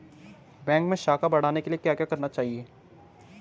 Bank मैं साख बढ़ाने के लिए क्या क्या करना चाहिए?